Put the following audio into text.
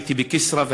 הייתי בכסרא,